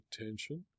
attention